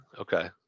Okay